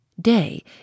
Day